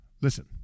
Listen